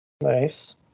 Nice